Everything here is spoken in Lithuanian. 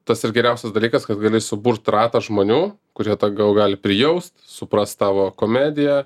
tas ir geriausias dalykas kas gali suburt ratą žmonių kurie tą gal gali prijaust suprast tavo komediją